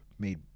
made